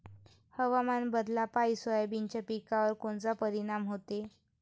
हवामान बदलापायी सोयाबीनच्या पिकावर कोनचा परिणाम होते?